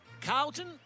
Carlton